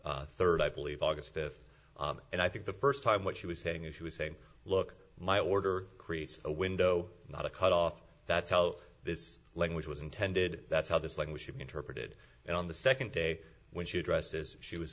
august third i believe august fifth and i think the first time what she was saying is she was saying look my order creates a window not a cut off that's how this language was intended that's how this language should be interpreted and on the second day when she addresses she w